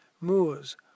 moors